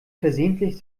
versehentlich